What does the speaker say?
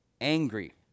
Angry